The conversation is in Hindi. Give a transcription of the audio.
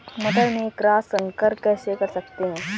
मटर में क्रॉस संकर कैसे कर सकते हैं?